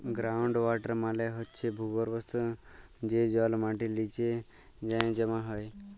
ground water মালে হছে ভূগর্ভস্থ যে জল মাটির লিচে যাঁয়ে জমা হয়